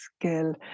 skill